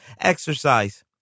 Exercise